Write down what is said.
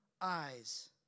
eyes